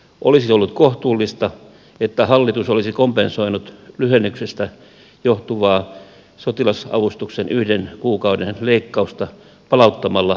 olisi ollut kohtuullista että hallitus olisi kompensoinut lyhennyksestä johtuvaa sotilasavustuksen yhden kuukauden leikkausta palauttamalla kotiuttamisrahan